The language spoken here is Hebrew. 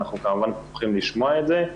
אנחנו כמובן פתוחים לשמוע את זה,